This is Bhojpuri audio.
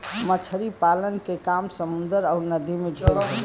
मछरी पालन के काम समुन्दर अउर नदी में ढेर होला